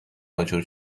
آجر